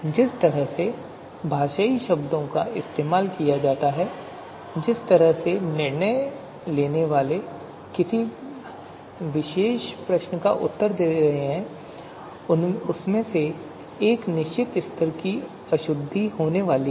जिस तरह से भाषाई शब्दों का इस्तेमाल किया जाता है जिस तरह से निर्णय लेने वाले किसी विशेष प्रश्न का उत्तर देने जा रहे हैं उसमें एक निश्चित स्तर की अशुद्धि होने वाली है